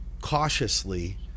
cautiously